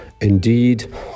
Indeed